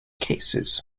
cases